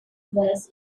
was